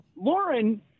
Lauren